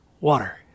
water